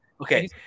Okay